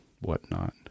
whatnot